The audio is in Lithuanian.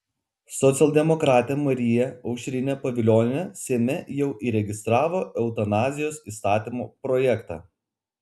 socialdemokratė marija aušrinė pavilionienė seime jau įregistravo eutanazijos įstatymo projektą